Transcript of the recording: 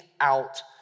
out